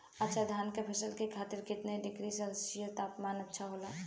अच्छा धान क फसल के खातीर कितना डिग्री सेल्सीयस तापमान अच्छा होला?